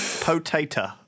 potato